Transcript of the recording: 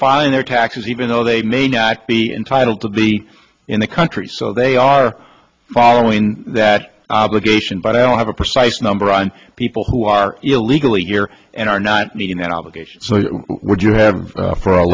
filing their taxes even though they may not be entitled to be in the country so they are following that obligation but i don't have a precise number and people who are illegally here and are not meeting their obligations would you have for a